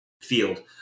field